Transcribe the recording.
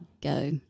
go